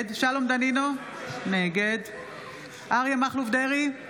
נגד שלום דנינו, נגד אריה מכלוף דרעי,